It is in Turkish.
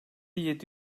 yedi